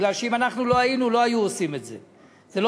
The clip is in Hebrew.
כי אם לא היינו לא היו עושים את זה.